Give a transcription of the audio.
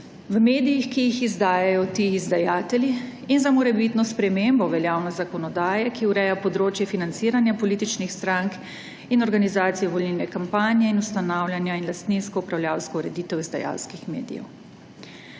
v medijih, ki jih izdajajo ti izdajatelji, in za morebitno spremembo veljavne zakonodaje, ki ureja področje financiranja političnih strank in organizacije volilne kampanje in ustanavljanja in lastninsko-upravljavsko ureditev izdajalskih medijev.